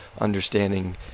understanding